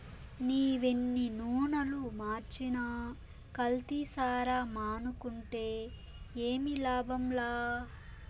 నీవెన్ని నూనలు మార్చినా కల్తీసారా మానుకుంటే ఏమి లాభంలా